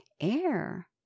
air